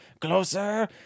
Closer